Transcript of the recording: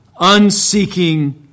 unseeking